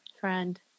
friend